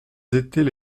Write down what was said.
étaient